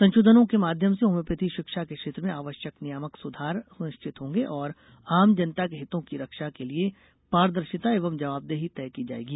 संशोधनों के माध्यम से होम्योपैथी शिक्षा के क्षेत्र में आवश्यक नियामक सुधार सुनिश्चित होंगे और आम जनता के हितों की रक्षा के लिए पारदर्शिता एवं जवाबदेही तय की जाएगी